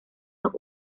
los